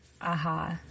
aha